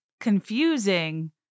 confusing